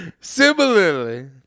Similarly